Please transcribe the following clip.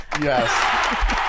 Yes